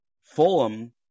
Fulham